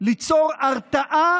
ליצור התרעה